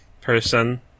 person